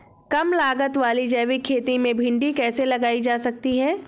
कम लागत वाली जैविक खेती में भिंडी कैसे लगाई जा सकती है?